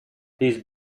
these